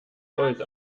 volt